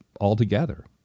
altogether